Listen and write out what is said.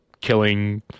killing